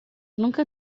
nunca